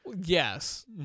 Yes